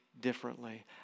differently